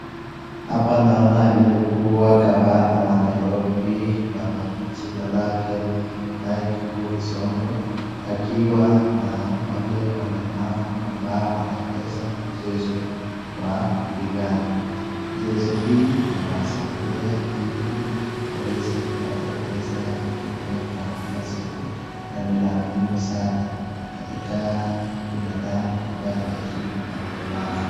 Hapa naona aliyekuwa gavana wa Nairobi kwa majina lake ni Mike Mbuvi Sonko akiwa na wale walemavu ambao wanacheza mchezo wa kupigana. Mchezo hii inawasaidia ili waweze kupata pesa ya kutumia kwa kila siku na ni la muhimu sana katika binadamu ambaye anaishi na ulemavu.